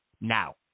now